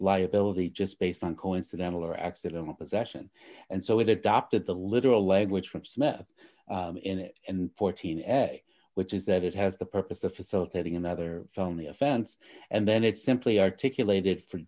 liability just based on coincidental or accidental possession and so it adopted the literal language from smith in it and fourteen f a which is that it has the purpose of facilitating another felony offense and then it's simply articulated for